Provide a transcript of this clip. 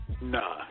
Nah